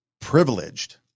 privileged